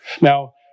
Now